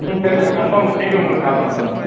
ம் சரி ma'am confirm பண்ணிவிட்டு உங்களுக்கு கால் பண்ணுற மேம்